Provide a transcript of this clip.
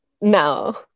No